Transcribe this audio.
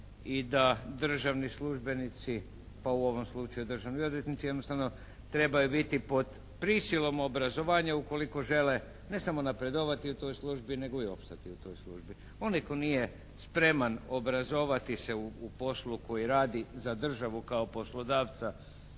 i da državni službenici, pa u ovom slučaju državni odvjetnici, jednostavno trebaju biti pod prisilom obrazovanja ukoliko žele ne samo napredovati u toj službi nego i opstati u toj službi. Onaj tko nije spreman obrazovati se u poslu koji radi za državu kao poslodavca